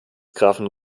grafen